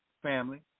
family